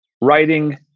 writing